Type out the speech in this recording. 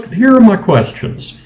here are my questions.